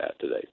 today